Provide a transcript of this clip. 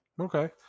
Okay